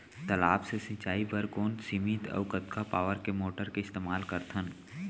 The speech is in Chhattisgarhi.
तालाब से सिंचाई बर कोन सीमित अऊ कतका पावर के मोटर के इस्तेमाल करथन?